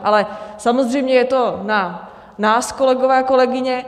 Ale samozřejmě je to na nás, kolegové, kolegyně.